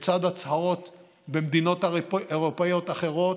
לצד הצהרות במדינות אירופיות אחרות,